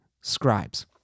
scribes